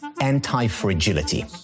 anti-fragility